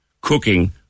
cooking